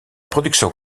production